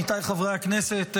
עמיתיי חברי הכנסת,